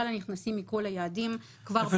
הנכנסים מכל היעדים כבר מחודש אפריל.